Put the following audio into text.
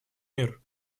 мер